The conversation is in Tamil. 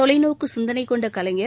தொலைநோக்கு சிந்தனை கொண்ட கலைஞர்